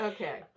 Okay